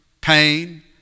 pain